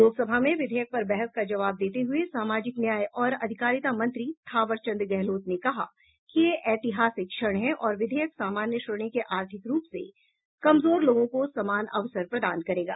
लोकसभा में विधेयक पर बहस का जवाब देते हुए सामाजिक न्याय और आधिकारिता मंत्री थावरचंद गहलोत ने कहा कि यह ऐतिहासिक क्षण है और विधेयक सामान्य श्रेणी के आर्थिक रूप से कमजोर लोगों को समान अवसर प्रदान करेगा